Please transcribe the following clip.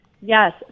Yes